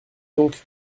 donc